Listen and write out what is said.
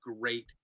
great